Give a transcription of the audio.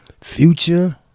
Future